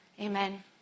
Amen